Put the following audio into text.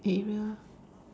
area